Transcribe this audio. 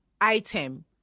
item